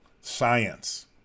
science